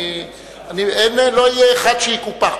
לא יהיה אחד שיקופח,